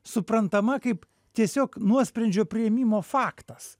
suprantama kaip tiesiog nuosprendžio priėmimo faktas